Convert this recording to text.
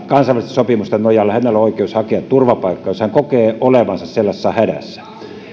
kansainvälisten sopimusten nojalla on oikeus hakea turvapaikkaa jos hän kokee olevansa sellaisessa hädässä